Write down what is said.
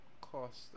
cost